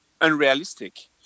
unrealistic